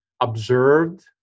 observed